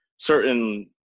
Certain